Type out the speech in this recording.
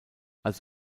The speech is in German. als